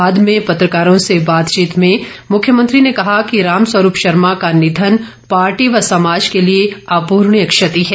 बाद में पत्रकारों से बातचीत में मुख्यमंत्री ने कहा कि रामस्वरूप शर्मा का निधन पार्टी व समाज के लिए अपूर्णीय क्षति है